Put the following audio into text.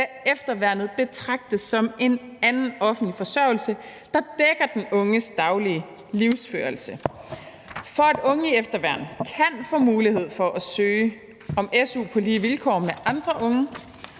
da efterværnet betragtes som en anden offentlig forsørgelse, der dækker den unges daglige livsførelse. For at unge i efterværn kan få mulighed for at søge om su på lige vilkår med andre unge,